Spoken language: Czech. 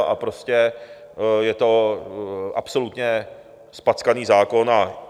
A prostě je to absolutně zpackaný zákon.